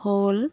হ'ল